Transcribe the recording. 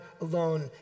alone